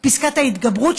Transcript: פסקת ההתגברות,